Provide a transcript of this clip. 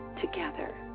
together